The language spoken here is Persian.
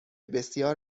بسیار